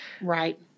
Right